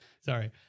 sorry